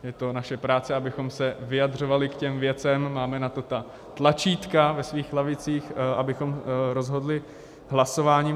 Je to naše práce, abychom se vyjadřovali k těm věcem, máme na to ta tlačítka ve svých lavicích, abychom rozhodli hlasováním.